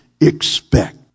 expect